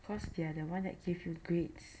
cause they are the ones that give you grades